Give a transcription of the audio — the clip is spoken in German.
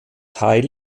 teil